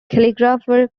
calligrapher